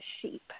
sheep